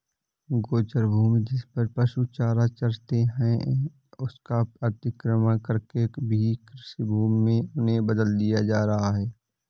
गोचर भूमि, जिसपर पशु चारा चरते हैं, उसका अतिक्रमण करके भी कृषिभूमि में उन्हें बदल दिया जा रहा है